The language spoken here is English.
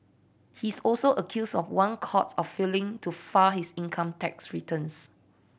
he is also accused of one count of failing to file his income tax returns